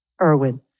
Irwin